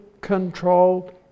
control